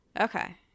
Okay